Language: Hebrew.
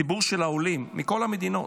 הציבור של העולים מכל המדינות